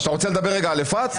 אתה רוצה לדבר רגע על אפרת?